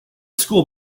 school